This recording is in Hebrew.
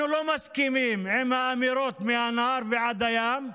אנחנו לא מסכימים עם האמירות "מהנהר ועד הים",